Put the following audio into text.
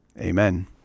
Amen